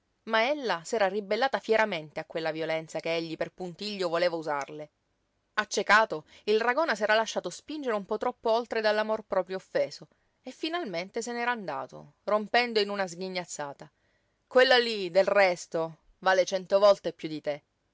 ma ella s'era ribellata fieramente a quella violenza che egli per puntiglio voleva usarle accecato il ragona s'era lasciato spingere un po troppo oltre dall'amor proprio offeso e finalmente se n'era andato rompendo in una sghignazzata quella lí del resto vale cento volte piú di te